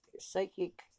psychic